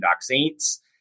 Saints